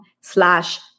slash